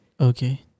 Okay